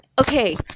okay